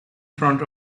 front